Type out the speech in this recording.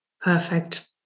Perfect